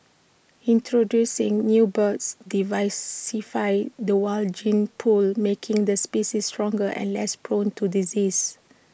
introducing new birds diversify the wild gene pool making the species stronger and less prone to disease